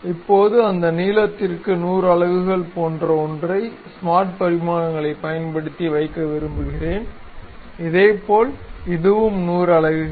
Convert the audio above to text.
இப்போது அந்த நீளத்திற்கு 100 அலகுகள் போன்ற ஒன்றை ஸ்மார்ட் பரிமாணங்களைப் பயன்படுத்தி வைக்க விரும்புகிறேன் இதேபோல் இதுவும் 100 அலகுகள்